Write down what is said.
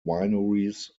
wineries